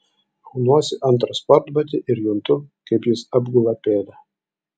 aunuosi antrą sportbatį ir juntu kaip jis apgula pėdą